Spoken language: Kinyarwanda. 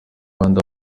rwanda